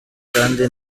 kandi